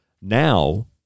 now